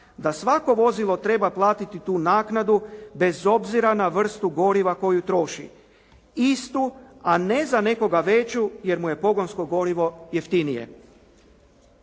da svako vozilo treba platiti tu naknadu bez obzira na vrstu goriva koju troši. Istu, a ne za nekoga veću, jer mu je pogonsko gorivo jeftinije.